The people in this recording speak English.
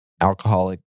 alcoholic